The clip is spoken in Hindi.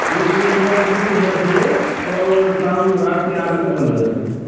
ये भैया सुबह खुलती है दस बजे और शाम रात के आठ बजे तक बंद हो जाती है